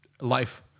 life